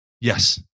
Yes